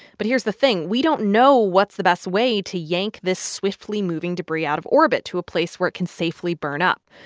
but here's the thing we don't know what's the best way to yank this swiftly moving debris out of orbit to a place where it can safely burn up.